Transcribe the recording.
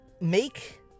make